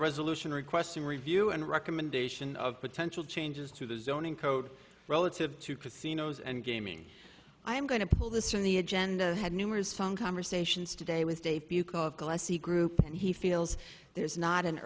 a resolution requesting review and recommendation of potential changes to the zoning code relative to casinos and gaming i am going to pull this from the agenda had numerous phone conversations today with a few called glossy group and he feels there is not an